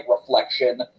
Reflection